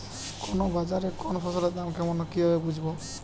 কোন বাজারে কোন ফসলের দাম কেমন কি ভাবে বুঝব?